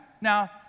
Now